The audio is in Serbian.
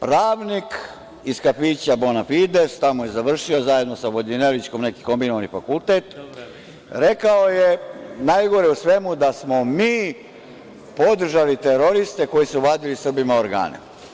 Pravnik iz kafića „Bonafides“, tamo je završio zajedno sa Vodinelićkom neki kombinovani fakultet, rekao je, najgore u svemu, da smo mi podržali teroriste koji su vadili Srbima organe.